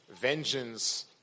vengeance